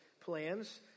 plans